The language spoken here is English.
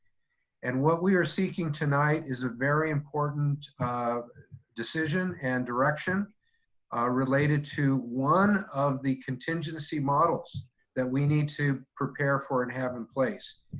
and what we are seeking tonight is a very important decision and direction related to one of the contingency models that we need to prepare for and have in place.